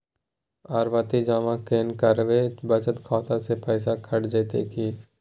आवर्ति जमा केना करबे बचत खाता से पैसा कैट जेतै की?